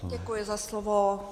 Děkuji za slovo.